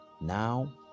now